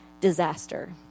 disaster